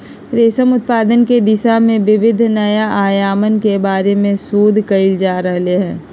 रेशम उत्पादन के दिशा में विविध नया आयामन के बारे में शोध कइल जा रहले है